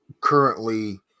currently